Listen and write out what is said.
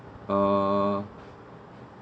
so uh